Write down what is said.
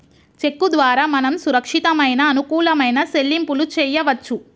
చెక్కు ద్వారా మనం సురక్షితమైన అనుకూలమైన సెల్లింపులు చేయవచ్చు